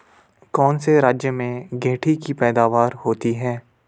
कौन से राज्य में गेंठी की पैदावार होती है?